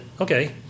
okay